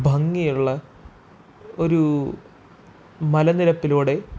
ഭംഗിയുള്ള ഒരു മലനിരപ്പിലൂടെ